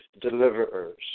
deliverers